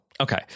Okay